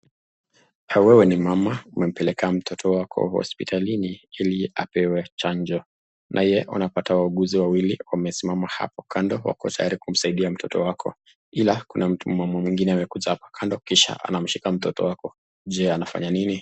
Wewe ni mama umempeleka mtoto wako hospitalini ili apewe chanjo, naye unapata wauguzi wawili wamesimama hapo kando wako tayari kumsaidia mtoto wako, ila kuna mama mwengine amekuja hapa kando anshika mtoto wako, je anafanya nini.?